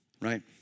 right